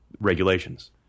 regulations